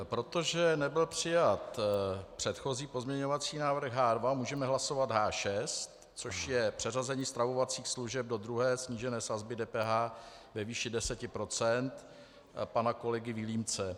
Protože nebyl přijat předchozí pozměňovací návrh H2, můžeme hlasovat H6, což je přeřazení stravovacích služeb do druhé snížené sazby DPH ve výši 10 % pana kolegy Vilímce.